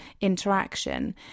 interaction